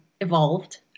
evolved